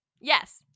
Yes